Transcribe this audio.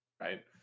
Right